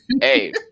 hey